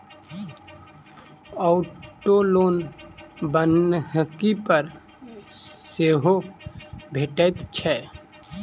auto loan बन्हकी पर सेहो भेटैत छै